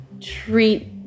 treat